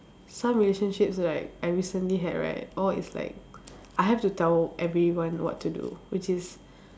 some relationships like I recently had right all is like I have to tell everyone what to do which is